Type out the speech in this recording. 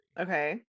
Okay